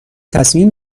تصمیم